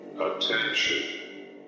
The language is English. Attention